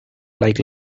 like